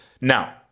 Now